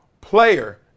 player